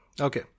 Okay